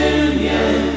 union